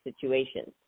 situations